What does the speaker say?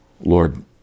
Lord